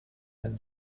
when